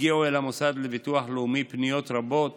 הגיעו אל המוסד לביטוח לאומי פניות רבות